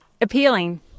appealing